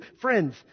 Friends